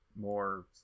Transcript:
more